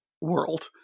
world